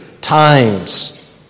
times